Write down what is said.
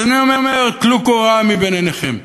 אז אני אומר, טלו קורה מבין עיניכם.